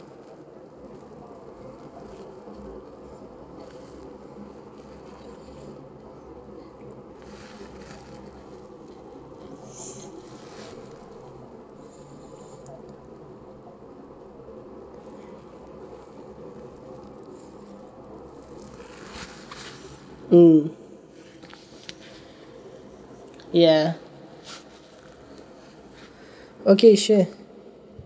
mm ya okay sure